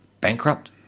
bankrupt